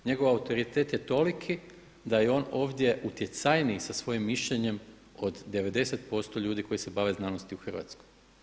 Njegov autoritet je toliki da je on ovdje utjecajniji sa svojim mišljenjem od 90% ljudi koji se bave znanosti u Hrvatskoj.